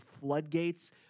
floodgates